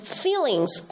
feelings